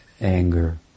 anger